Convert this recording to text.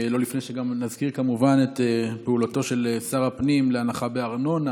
לא לפני שנזכיר כמובן את פעולתו של שר הפנים להנחה בארנונה